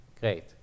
Great